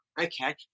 Okay